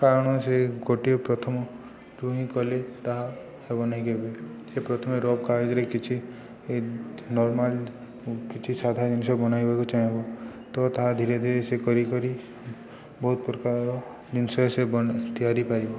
କାରଣ ସେ ଗୋଟିଏ ପ୍ରଥମରୁ ହିଁ କଲେ ତାହା ହେବନାଇ କେବେ ସେ ପ୍ରଥମେ ରଫ୍ କାଗଜରେ କିଛି ନର୍ମାଲ୍ କିଛି ସାଧା ଜିନିଷ ବନେଇବାକୁ ଚାହିଁବ ତ ତାହା ଧୀରେ ଧୀରେ ସେ କରିକି ବହୁତ ପ୍ରକାର ଜିନିଷ ସେ ତିଆରି ପାରିବ